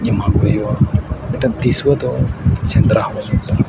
ᱮᱢᱟ ᱠᱚ ᱦᱩᱭᱩᱜᱼᱟ ᱢᱤᱫᱴᱟᱹᱱ ᱫᱤᱥᱣᱟᱹ ᱫᱚ ᱥᱮᱸᱫᱽᱨᱟ ᱦᱚᱲ ᱠᱚ